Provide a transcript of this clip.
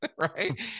right